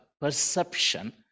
perception